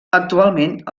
actualment